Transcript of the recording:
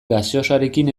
gaseosarekin